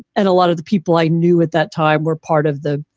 and a lot of the people i knew at that time were part of the,